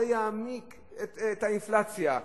זה יעמיק את האינפלציה,